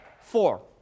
four